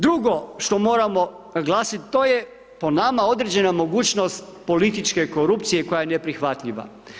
Drugo, što moramo naglasiti, to je po nama određena mogućnost političke korupcije koja je neprihvatljiva.